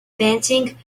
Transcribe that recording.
panting